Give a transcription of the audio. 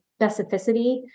specificity